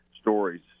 stories